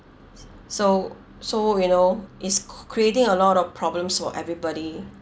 s~ so so you know it's cr~ creating a lot of problems for everybody